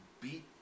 beat